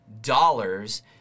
dollars